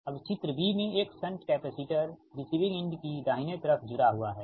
अब चित्र बी में एक शंट कैपेसिटर रिसीविंग इंड की दाहिने तरफ जुड़ा हुआ है